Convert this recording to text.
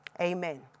Amen